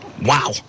Wow